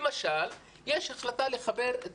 למשל, יש החלטה לחבר את